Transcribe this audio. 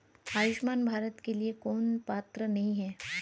आयुष्मान भारत के लिए कौन पात्र नहीं है?